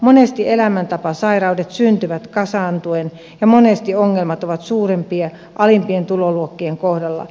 monesti elämäntapasairaudet syntyvät kasaantuen ja monesti ongelmat ovat suurimpia alimpien tuloluokkien kohdalla